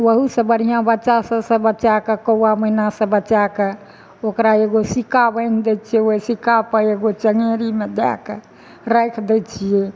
ओहूसँ बढ़िआँ बच्चा सबसँ बचा कऽ कौआ मैनासँ बचा कए ओकरा एगो सिक्का बान्हि दै छियै ओहि सिक्का पर एगो चँङ्गेरीमे दए कए राखि दै छियै